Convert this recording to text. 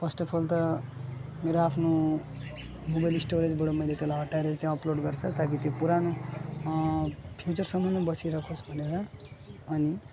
first of all त मेरो आफ्नो मोबाइल स्टोरेजबाट मैले त्यसलाई हटाएर त्यहाँ अपलोड गर्छु ताकि त्यो पुरानो फ्युचरसम्म नै बसिरहोस् भनेर अनि